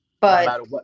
But-